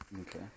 Okay